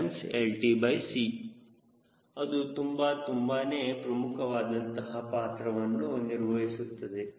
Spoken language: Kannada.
VHStSwltC ಅದು ತುಂಬಾ ತುಂಬಾನೇ ಪ್ರಮುಖವಾದಂತಹ ಪಾತ್ರವನ್ನು ನಿರ್ವಹಿಸುತ್ತದೆ